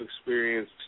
experience